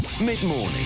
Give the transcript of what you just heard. Mid-morning